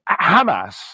Hamas